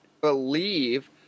believe